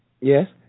Yes